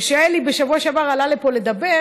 כשאלי עלה לפה לדבר